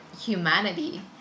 humanity